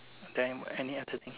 then any other thing